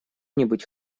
нибудь